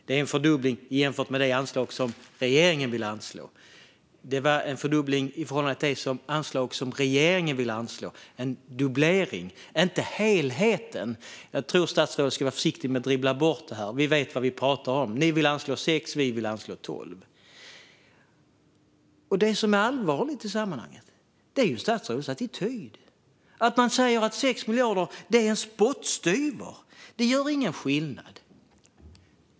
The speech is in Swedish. Det är en fördubbling jämfört med vad regeringen vill anslå, men inte helheten. Jag tror att statsrådet ska vara försiktig och inte dribbla bort frågan. Vi vet vad vi pratar om. Ni vill anslå 6, och vi vill anslå 12. Det som är allvarligt i sammanhanget är statsrådets attityd. Man säger att 6 miljarder är en spottstyver, att de gör ingen skillnad.